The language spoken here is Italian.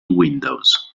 windows